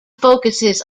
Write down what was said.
focuses